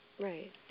Right